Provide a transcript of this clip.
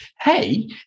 hey